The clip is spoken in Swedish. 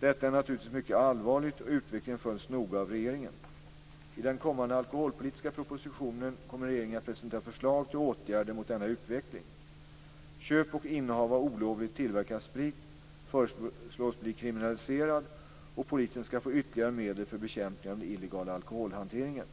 Detta är naturligtvis mycket allvarligt, och utvecklingen följs noga av regeringen. I den kommande alkoholpolitiska propositionen kommer regeringen att presentera förslag till åtgärder mot denna utveckling. Köp och innehav av olovligt tillverkad sprit föreslås bli kriminaliserade, och polisen skall få ytterligare medel för bekämpning av den illegala alkoholhanteringen.